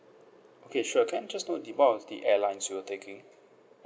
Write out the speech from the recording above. okay sure can I just know the what was the airlines you were taking